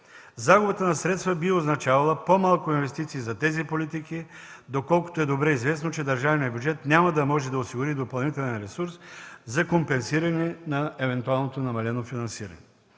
Загубата на средства би означавала по-малко инвестиции за тези политики, доколкото е добре известно, че държавният бюджет няма да може да осигури допълнителен ресурс за компенсиране на евентуалното намалено финансиране.